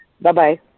Bye-bye